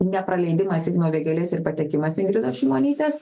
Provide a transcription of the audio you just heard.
nepraleidimas igno vėgėlės ir patekimas ingridos šimonytės